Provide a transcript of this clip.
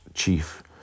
Chief